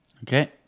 Okay